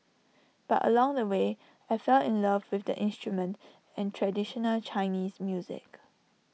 but along the way I fell in love with the instrument and traditional Chinese music